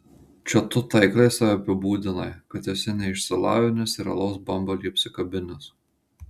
čia tu taikliai save apibūdinai kad esi neišsilavinęs ir alaus bambalį apsikabinęs